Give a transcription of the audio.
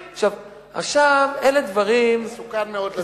אלה דברים, מסוכן מאוד.